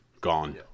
gone